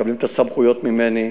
מקבלים את הסמכויות ממני,